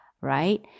right